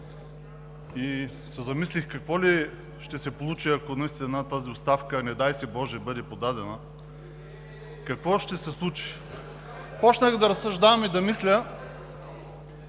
Замислих се какво ли ще се получи, ако наистина тази оставка, не дай боже, бъде подадена? Какво ще се случи? Започнах да разсъждавам и да мисля,